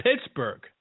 Pittsburgh